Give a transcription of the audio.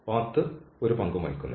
path ഒരു പങ്കും വഹിക്കുന്നില്ല